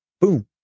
boom